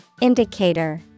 Indicator